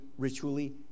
ritually